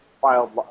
filed